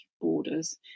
borders